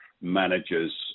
managers